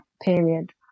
period